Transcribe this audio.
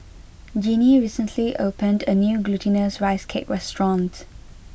Jinnie recently opened a new Glutinous Rice Cake restaurant